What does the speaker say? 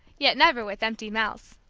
yet never with empty mouths.